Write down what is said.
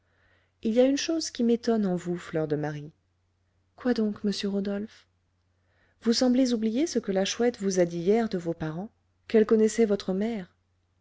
il y a une chose qui m'étonne en vous fleur de marie quoi donc monsieur rodolphe vous semblez oublier ce que la chouette vous a dit hier de vos parents qu'elle connaissait votre mère